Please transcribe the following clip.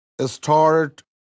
start